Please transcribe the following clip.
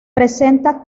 presenta